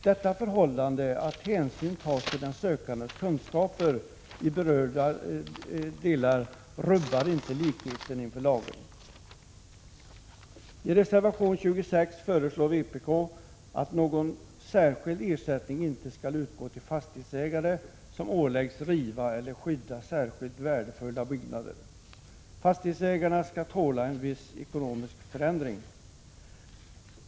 Det förhållandet att hänsyn tas till den sökandes kunskaper i berörda avseenden rubbar inte likheten inför lagen. I reservation 26 föreslår vpk att någon särskild ersättning inte skall utgå till fastighetsägare som åläggs riva eller skydda särskilt värdefulla byggnader. Fastighetsägarna skall tåla en viss ekonomisk förändring.